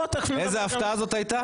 איזו הפתעה זאת הייתה?